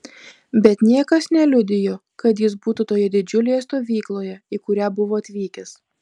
bet niekas neliudijo kad jis būtų toje didžiulėje stovykloje į kurią buvo atvykęs